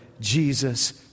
Jesus